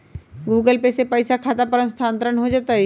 Google Pay से पईसा खाता पर स्थानानंतर हो जतई?